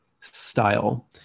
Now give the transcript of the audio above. style